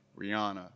Rihanna